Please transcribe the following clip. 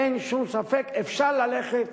אין שום ספק, אפשר ללכת